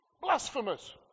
Blasphemous